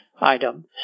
item